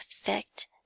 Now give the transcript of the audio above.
effect